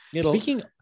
Speaking